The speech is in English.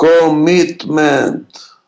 Commitment